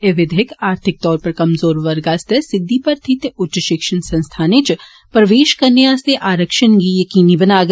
एह् विधेयक आर्थिक तौर उप्पर कमजोर वर्ग आस्तै सीधी भर्थी ते उच्च षिक्षण संस्थाने च प्रवेष करने आस्तै आरक्षण गी यकीनी बनाग